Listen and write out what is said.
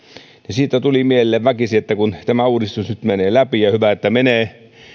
siitä tuli mieleen väkisin että kun tämä uudistus nyt menee läpi ja hyvä että menee